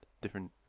different